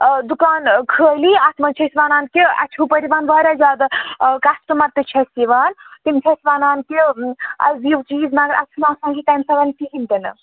دُکان خٲلی اَتھ منٛز چھِ أسۍ وَنان کہِ اَسہِ چھِ ہُپٲرۍ یِوان واریاہ زیادٕ کَسٹٕمَر تہِ چھِ اَسہِ یِوان تِم چھِ اَسہِ وَنان کہِ اَسہِ دِیو چیٖز مگر اَسہِ چھُنہٕ آسان یہِ تَمہِ ساتن کِہیٖنۍ تہِ نہٕ